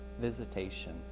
visitation